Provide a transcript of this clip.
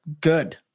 good